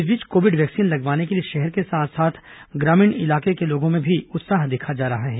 इस बीच covid vaccine लगवाने के लिए शहर के साथ साथ ग्रामीण इलाके के लोगों में भी उत्साह देखा जा रहा है